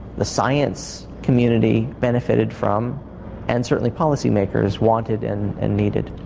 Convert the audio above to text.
the science community benefited from and certainly policy makers wanted and and needed.